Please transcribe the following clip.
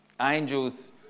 Angels